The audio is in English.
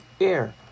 air